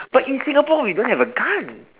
but in Singapore we don't have a gun